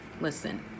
Listen